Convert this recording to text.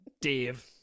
Dave